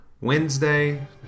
Wednesday